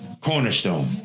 cornerstone